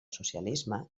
socialisme